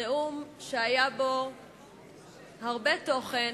נאום שהיה בו הרבה תוכן,